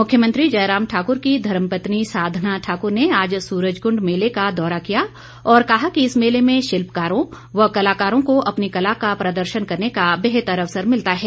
मुख्यमंत्री जयराम ठाकूर की धर्मपत्नी साधना ठाकूर ने आज सूरजकूंड मेले का दौरा किया और कहा कि इस मेले में शिल्पकारों व कलाकारों को अपनी कला का प्रदर्शन करने का बेहतर अवसर मिलता है